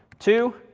two.